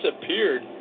disappeared